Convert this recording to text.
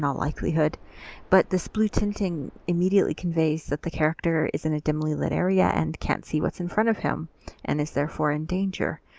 in likelihood but this blue tinting immediately conveys that the character is in a dimly lit area, and can't see what's in front of him and is therefore in danger.